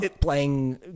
Playing